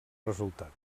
resultat